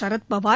Sharad Pawar